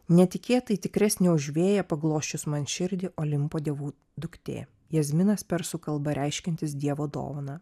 netikėtai tikresnė už vėją paglosčius man širdį olimpo dievų duktė jazminas persų kalba reiškiantis dievo dovaną